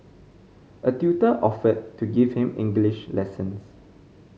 a tutor offered to give him English lessons